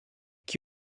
qui